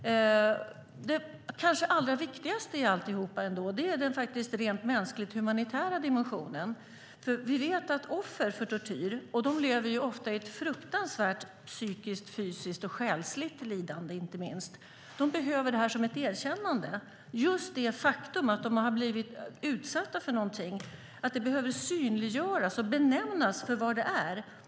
Det kanske allra viktigaste är den rent mänskligt humanitära dimensionen. Vi vet att offer för tortyr - och de lever ofta i ett fruktansvärt psykiskt, fysiskt och inte minst själsligt lidande - behöver det här som ett erkännande. Just det faktum att de har blivit utsatta för någonting behöver synliggöras och benämnas som vad det är.